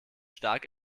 stark